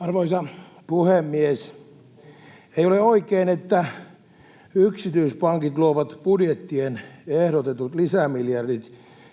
Arvoisa puhemies! Ei ole oikein, että yksityispankit luovat budjettien ehdotetut lisämiljardit,